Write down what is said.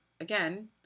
again